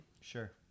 Sure